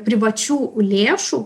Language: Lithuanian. privačių lėšų